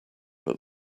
but